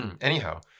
anyhow